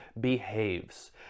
behaves